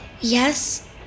Yes